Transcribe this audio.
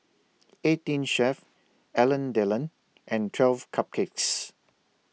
eighteen Chef Alain Delon and twelve Cupcakes